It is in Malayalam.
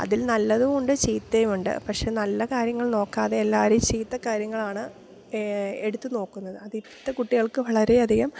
അതിൽ നല്ലതുമുണ്ട് ചീത്തയും ഉണ്ട് പക്ഷേ നല്ല കാര്യങ്ങൾ നോക്കാതെ എല്ലാവരും ചീത്ത കാര്യങ്ങളാണ് എടുത്തു നോക്കുന്നത് അതിന്നത്തെ കുട്ടികൾക്കു വളരെയധികം